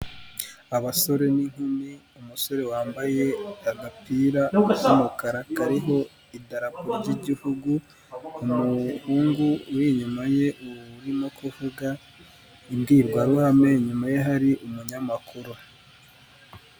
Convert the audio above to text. Abasore n'inkumi umusore wambaye agapira k'umukara kariho idarapo ry'igihugu, umuhungu uri inyuma ye uri kuvuga imbwirwaruhame inyuma ye hari umunyamakuru.